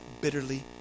bitterly